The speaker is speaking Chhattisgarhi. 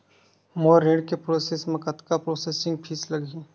मोर ऋण के प्रोसेस म कतका प्रोसेसिंग फीस लगही?